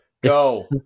Go